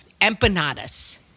empanadas